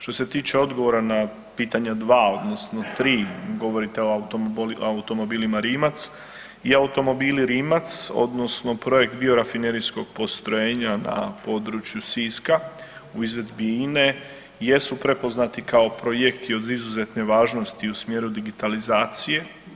Što se tiče odgovora na pitanje dva odnosno tri, govorite o Automobilima Rimac i Automobili Rimac odnosno projekt Biorafinerijskog postrojenja na području Siska u izvedbi INA-e jesu prepoznati kao projekti od izuzetne važnosti u smjeru digitalizacije.